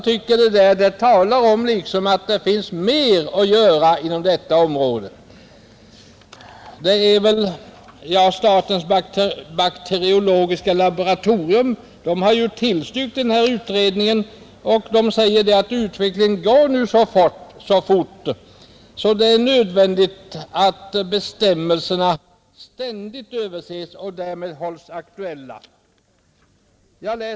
Detta yttrande visar att det finns mera att göra inom detta område, Statens bakteriologiska laboratorium har tillstyrkt utredningen och säger att utvecklingen går så fort att det är nödvändigt att bestämmelserna ständigt överses och därmed hålles aktuella.